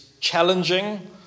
challenging